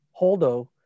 Holdo